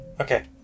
Okay